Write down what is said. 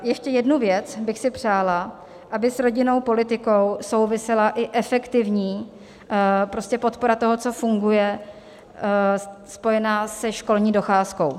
Ještě jednu věc bych si přála, aby s rodinnou politikou souvisela i efektivní podpora toho, co funguje, spojená se školní docházkou.